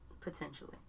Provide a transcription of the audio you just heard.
Potentially